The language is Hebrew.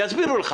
יסבירו לך.